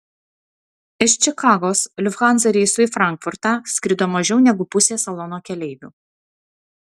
iš čikagos lufthansa reisu į frankfurtą skrido mažiau negu pusė salono keleivių